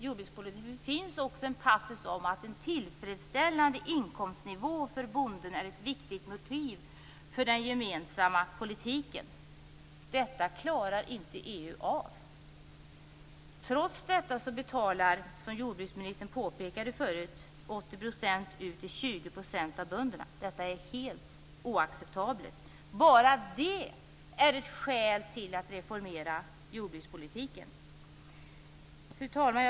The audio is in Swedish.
Jordbrukspolitiskt finns det en passus om att en tillfredsställande inkomstnivå för bonden är ett viktigt motiv för den gemensamma politiken. Detta klarar inte EU av. Trots detta går 80 % av det som utbetalas, som jordbruksministern tidigare påpekade, till 20 % av bönderna. Detta är helt oacceptabelt. Bara detta är ett skäl till att reformera jordbrukspolitiken! Fru talman!